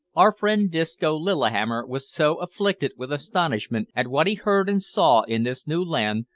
our friend disco lillihammer was so afflicted with astonishment at what he heard and saw in this new land,